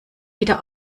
wieder